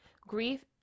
grief